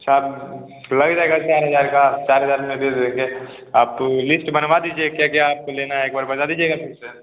अच्छा अब लग जाएगा चार हज़ार का चार हज़ार दे देंगे आप लिस्ट बनवा दीजिए क्या क्या आपको लेना है एक बार बात दीजिएगा फिर से